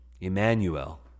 Emmanuel